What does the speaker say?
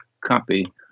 copy